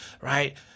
Right